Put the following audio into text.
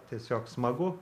tiesiog smagu